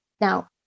Now